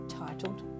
titled